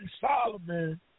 Solomon